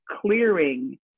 clearing